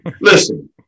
Listen